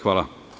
Hvala.